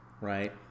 right